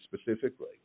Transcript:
specifically